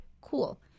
cool